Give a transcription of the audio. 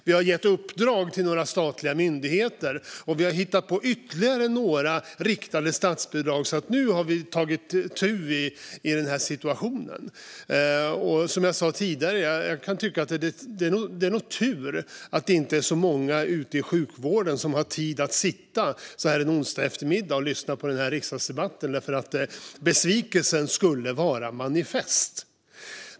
Vi har gett uppdrag till en rad statliga myndigheter, och vi har hittat på ytterligare några riktade statsbidrag, så nu har vi tagit itu med den här situationen. Som jag sa tidigare: Det är nog är tur att det inte är så många ute i sjukvården som har tid att så här en onsdag eftermiddag sitta och lyssna på riksdagsdebatten, för besvikelsen skulle vara manifest.